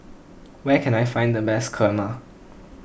where can I find the best Kurma